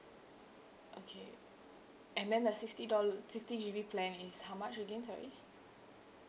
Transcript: okay and then the sixty doll~ sixty G_B plan is how much again sorry